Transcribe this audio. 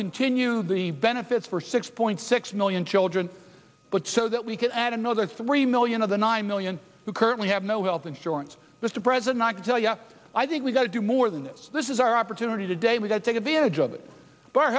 continue the benefits for six point six million children but so that we can add another three million of the nine million who currently have no health insurance mr president to tell you i think we've got to do more than this this is our opportunity today we've got to take advantage of it